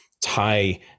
tie